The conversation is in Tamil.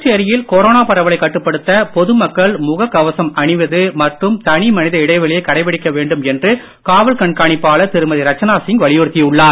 புதுச்சேரியில் கொரோனா பரவலைக் கட்டுப்படுத்த பொதுமக்கள் முக கவசம் அணிவது மற்றும் தனிமனித இடைவெளியை கடைபிடிக்க வேண்டும் என்று காவல் கண்காணிப்பாளர் திருமதி ரட்சணா சிங் வலியுறுத்தியுள்ளார்